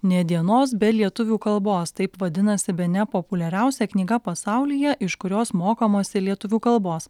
nė dienos be lietuvių kalbos taip vadinasi bene populiariausia knyga pasaulyje iš kurios mokomasi lietuvių kalbos